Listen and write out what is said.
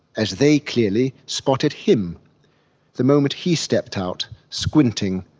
as they clearly spotted him the moment he stepped out, squinting,